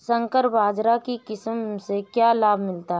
संकर बाजरा की किस्म से क्या लाभ मिलता है?